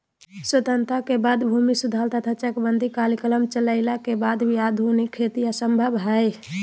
स्वतंत्रता के बाद भूमि सुधार तथा चकबंदी कार्यक्रम चलइला के वाद भी आधुनिक खेती असंभव हई